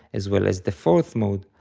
as well as the fourth mode,